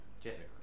Jessica